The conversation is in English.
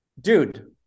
Dude